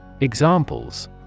Examples